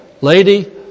lady